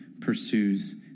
pursues